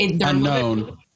unknown